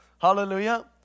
Hallelujah